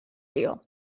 deal